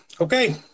okay